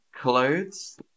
clothes